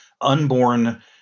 unborn